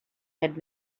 had